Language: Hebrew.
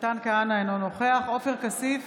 מתן כהנא, אינו נוכח עופר כסיף,